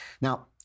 Now